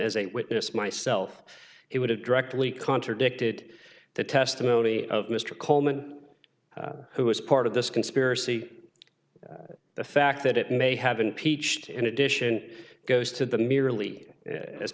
as a witness myself he would have directly contradicted the testimony of mr coleman who is part of this conspiracy the fact that it may have been peached in addition goes to the merely as